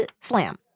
Slam